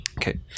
Okay